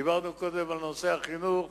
דיברנו קודם על נושא החינוך.